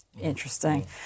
Interesting